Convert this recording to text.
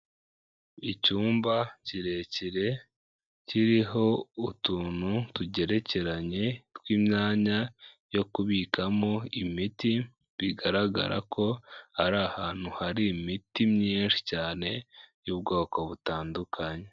Icyumba kirekire kiriho utuntu tugerekeranye tw'imyanya yo kubikamo imiti, bigaragara ko ari ahantu hari imiti myinshi cyane y'ubwoko butandukanye.